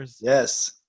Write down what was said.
Yes